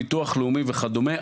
ביטוח לאומי וכדומה.